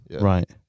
Right